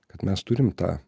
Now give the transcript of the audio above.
kad mes turim tą